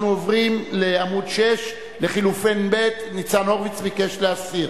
אנחנו עוברים לעמוד 6. לחלופין ב' ניצן הורוביץ ביקש להסיר,